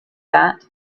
that